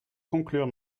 conclure